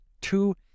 Two